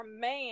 man